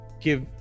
give